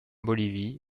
bolivie